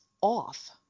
off